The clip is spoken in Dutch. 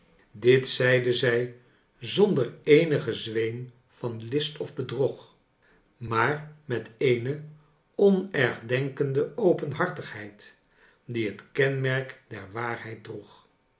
dit zeide zij zonder eenigen zweem van list of bedrog maar met eene onergdenkende openhartigheid die het kenmerk der waarheid